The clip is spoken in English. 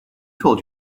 told